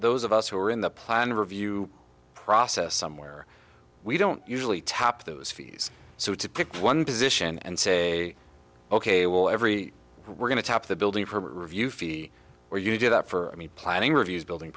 those of us who are in the plan review process somewhere we don't usually top those fees so to pick one position and say ok well every we're going to top the building for a review fee where you do that for i mean planning reviews building